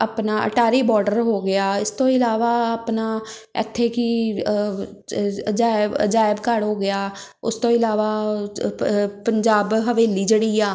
ਆਪਣਾ ਅਟਾਰੀ ਬੋਡਰ ਹੋ ਗਿਆ ਇਸ ਤੋਂ ਇਲਾਵਾ ਆਪਣਾ ਇੱਥੇ ਕੀ ਅਜੈਬ ਅਜਾਇਬ ਘਰ ਹੋ ਗਿਆ ਉਸ ਤੋਂ ਇਲਾਵਾ ਚ ਪ ਪੰਜਾਬ ਹਵੇਲੀ ਜਿਹੜੀ ਆ